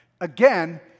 Again